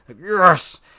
Yes